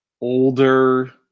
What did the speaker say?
older